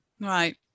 right